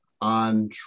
on